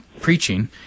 preaching